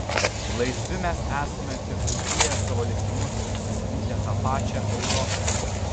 laisvi mes esame tik susieję savo likimus ir pasirinkę tą pačią europą